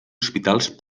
hospitals